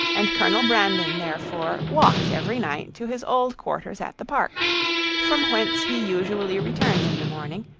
and colonel brandon therefore walked every night to his old quarters at the park from whence he usually returned in the morning,